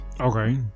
Okay